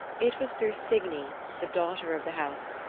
it was through signy, the daughter of the house,